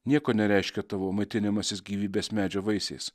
nieko nereiškia tavo maitinimasis gyvybės medžio vaisiais